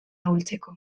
ahultzeko